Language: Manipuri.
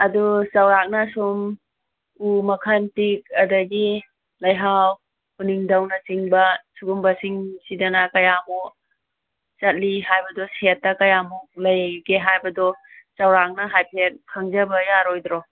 ꯑꯗꯣ ꯆꯥꯎꯔꯥꯛꯅ ꯁꯨꯝ ꯎ ꯃꯈꯜ ꯇꯤꯛ ꯑꯗꯒꯤ ꯂꯩꯍꯥꯎ ꯎꯅꯤꯡꯊꯧꯅ ꯆꯤꯡꯕ ꯁꯨꯒꯨꯝꯕꯁꯤꯡꯁꯤꯗꯅ ꯀꯌꯥꯃꯨꯛ ꯆꯠꯂꯤ ꯍꯥꯏꯕꯗꯣ ꯁꯦꯠꯇ ꯀꯌꯥꯃꯨꯛ ꯂꯩꯔꯤꯒꯦ ꯍꯥꯏꯕꯗꯣ ꯆꯥꯎꯔꯥꯛꯅ ꯍꯥꯏꯐꯦꯠ ꯈꯪꯖꯕ ꯌꯥꯔꯣꯏꯗ꯭ꯔꯣ